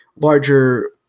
larger